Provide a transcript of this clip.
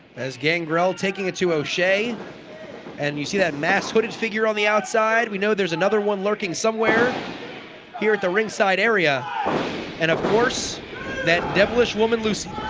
as gangrel taking it to o'shea and you see that masked hooded figure on the outside we know there is another one lurking somewhere here at the ringside area and of course that devilish woman lucy